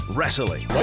Wrestling